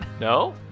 no